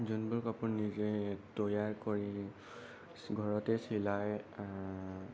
যোনবোৰ কাপোৰ নিজে তৈয়াৰ কৰি ঘৰতে চিলাই